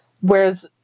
Whereas